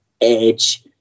edge